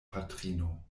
patrino